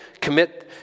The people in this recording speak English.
commit